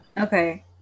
Okay